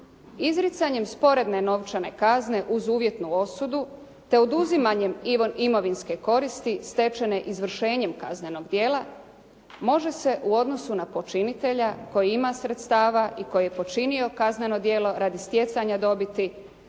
Izricanjem sporedne novčane kazne uz uvjetnu osudu te oduzimanjem imovinske koristi stečene izvršenjem kaznenog djela može se u odnosu na počinitelja koji ima sredstava i koji je počinio kazneno djelo radi stjecanja dobiti